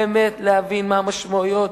באמת להבין מה המשמעויות.